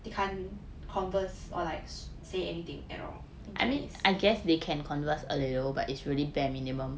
they can't converse or like say anything at all in chinese